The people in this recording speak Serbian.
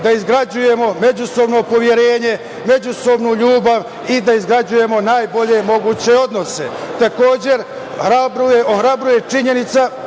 da izgrađujemo međusobno poverenje, međusobnu ljubav i da izgrađujemo najbolje moguće odnose. Ohrabruje i činjenica